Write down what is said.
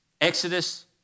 Exodus